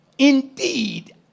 Indeed